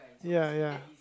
ya ya